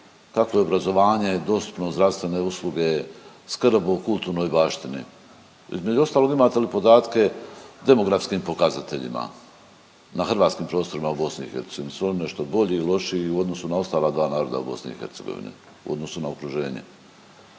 Kakvo je obrazovanje, dostupnost zdravstvene usluge, skrb o kulturnoj baštini? Između ostalog imate li podatke o demografskim pokazateljima na hrvatskim prostorima u BiH? Jesu li oni nešto bolji, lošiji u odnosu na ostala dva naroda u BiH u odnosu na okruženje?